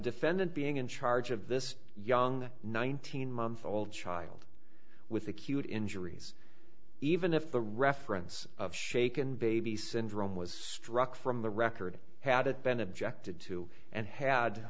defendant being in charge of this young nineteen month old child with acute injuries even if the reference of shaken baby syndrome was struck from the record had it been objected to and had